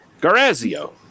Garazio